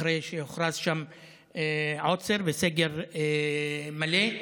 אחרי שהוכרז שם עוצר וסגר מלא.